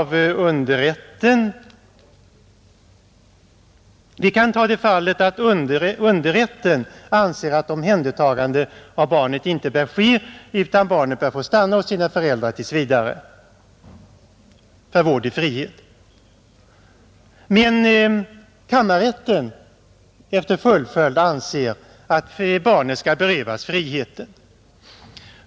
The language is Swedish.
Vi kan ta det fallet att underrätten anser att omhändertagande av barnet inte bör ske utan att barnet bör få stanna hos sina föräldrar tills vidare för vård i frihet. Kammarrätten anser däremot att barnet skall berövas friheten.